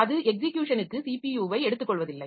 அது எக்ஸிக்யூஷனுக்கு ஸிபியுவை எடுத்துக்கொள்வதில்லை